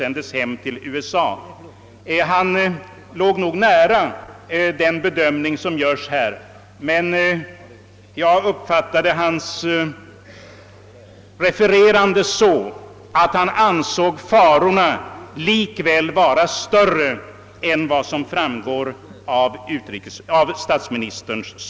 Vetenskapsmannens bedömning låg nog nära den som görs i statsministerns svar, men jag har upp fattat hans uttalande så, att han likväl anser farorna vara större än vad som framgår av svaret.